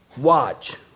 Watch